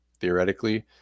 theoretically